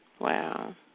Wow